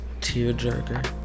tearjerker